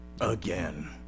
again